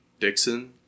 Dixon